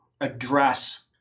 address